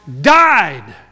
died